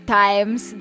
times